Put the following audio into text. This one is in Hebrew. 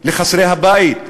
לחסרי הבית,